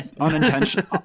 Unintentional